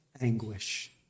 anguish